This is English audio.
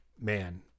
man